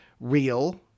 real